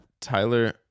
Tyler